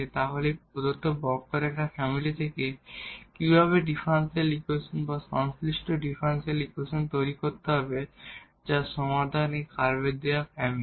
তাহলে এই প্রদত্ত কার্ভ ফ্যামিলি থেকে কিভাবে ডিফারেনশিয়াল ইকুয়েশন বা সংশ্লিষ্ট ডিফারেনশিয়াল ইকুয়েশন তৈরি করতে হবে যার সমাধান এই কার্ভের দেওয়া ফ্যামিলি